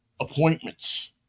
appointments